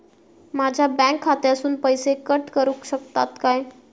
माझ्या बँक खात्यासून पैसे कट करुक शकतात काय?